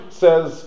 says